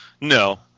no